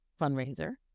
fundraiser